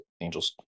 Angels